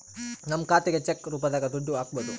ನಮ್ ಖಾತೆಗೆ ಚೆಕ್ ರೂಪದಾಗ ದುಡ್ಡು ಹಕ್ಬೋದು